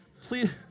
Please